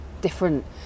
different